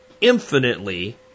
infinitely